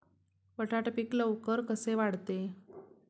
बटाटा पीक लवकर कसे वाढते?